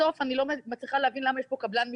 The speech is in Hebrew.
בסוף, אני לא מצליחה להבין למה יש פה קבלן משנה?